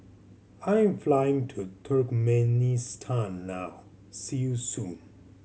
I'm flying to Turkmenistan now see you soon